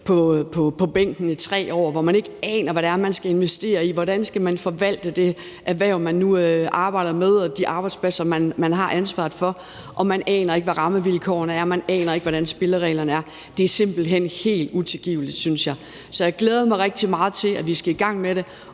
på bænken i 3 år, hvor man ikke aner, hvad det er, man skal investere i, og hvordan man skal forvalte det erhverv, man nu arbejder med, og de arbejdspladser, man har ansvaret for. Man aner ikke, hvad rammevilkårene er, eller hvordan spillereglerne er. Det er simpelt hen helt utilgiveligt, synes jeg. Så jeg glæder mig rigtig meget til, at vi skal i gang med det.